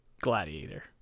Gladiator